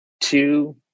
two